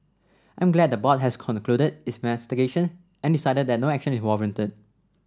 I'm glad the board has concluded its investigation and decided that no action is warranted